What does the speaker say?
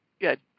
Good